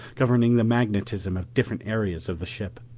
governing the magnetism of different areas of the ship.